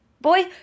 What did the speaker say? boy